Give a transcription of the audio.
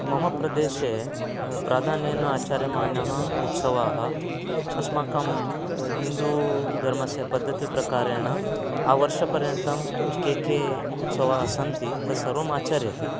मम प्रदेशे प्राधान्येन आचर्यमाणाः उत्सवाः अस्माकं हिन्दूधर्मस्य पद्धतिप्रकारेण आवर्षपर्यन्तं के के उत्सवाः सन्ति तत्सर्वम् आचर्यते